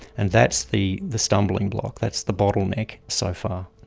and that's the the stumbling block, that's the bottleneck so far.